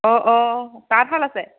অঁ অঁ তাঁতশাল আছে